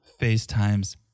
FaceTimes